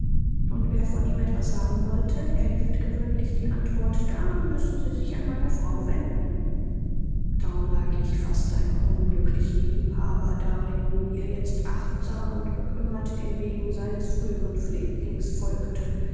und wer von ihm etwas haben wollte erhielt gewöhnlich die antwort da müssen sie sich an meine frau wenden daumer glich fast einem unglücklichen liebhaber darin wie er jetzt achtsam und bekümmert den wegen seines früheren pfleglings folgte